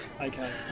Okay